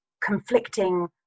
conflicting